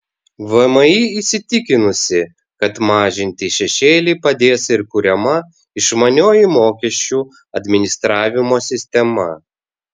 vmi įsitikinusi kad mažinti šešėlį padės ir kuriama išmanioji mokesčių administravimo sistema